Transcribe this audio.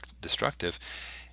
destructive